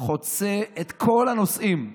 חוצה את כל הנושאים.